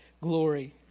glory